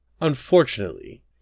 Unfortunately